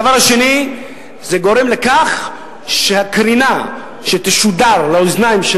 הדבר השני זה גורם לכך שהקרינה שתשודר לאוזניים של